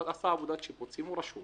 אבל עשה עבודת שיפוצים, רשום